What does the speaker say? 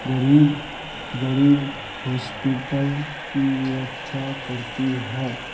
غریب غریب ہاسپٹل کی رکچھا کرتی ہے